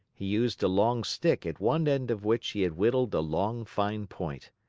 he used a long stick at one end of which he had whittled a long, fine point.